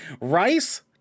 Rice